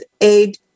aid